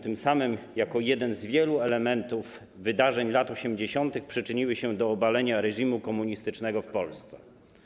Tym samym jako jeden z wielu elementów wydarzeń lat 80. przyczyniły się do obalenia reżimu komunistycznego w Polsce.